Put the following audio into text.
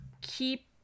keep